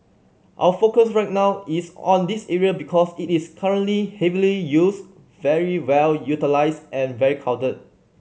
our focus right now is on this area because it is currently heavily used very well utilised and very crowded